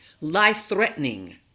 life-threatening